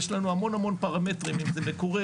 יש לנו המון פרמטרים אם זה מקורה,